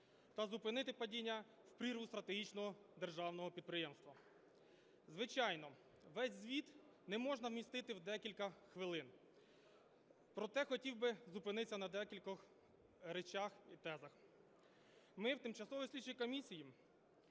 та зупинити падіння в прірву стратегічного державного підприємства. Звичайно, весь звіт не можна вмістити в декілька хвилин, проте хотів би зупинитися на декількох речах і тезах. Ми у тимчасовій слідчій комісії